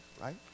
right